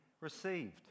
received